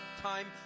time